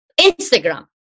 Instagram